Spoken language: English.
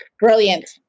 Brilliant